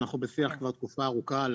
כבר תקופה ארוכה,